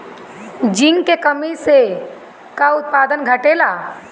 Zinc की कमी से का उत्पादन घटेला?